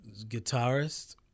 guitarist